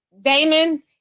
Damon